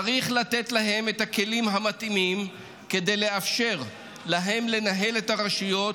צריך לתת להם את הכלים המתאימים כדי לאפשר להם לנהל את הרשויות,